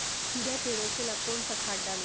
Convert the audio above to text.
कीड़ा के रोक ला कौन सा खाद्य डाली?